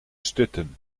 stutten